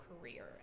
career